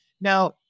Now